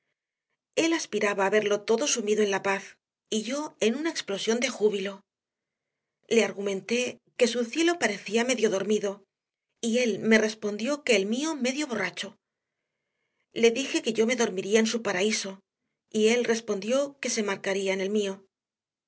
él aspiraba a verlo todo sumido en la paz yo en una explosión de júbilo le argumenté que su cielo parecía medio dormido y él respondió que el mío medio borracho le dije que yo me dormiría en su paraíso y él respondió que se marcaría en el mío